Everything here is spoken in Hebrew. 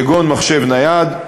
כגון מחשב נייד,